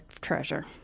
Treasure